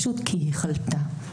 כי היא חלתה.